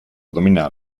domina